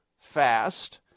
fast